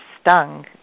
stung